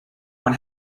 one